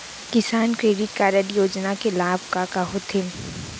किसान credit card योजना के लाभ का का होथे?